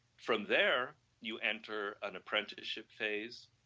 from there you enter an apprenticeship phase,